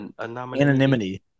Anonymity